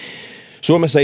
suomessa